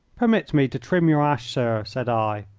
permit me to trim your ash, sir, said i,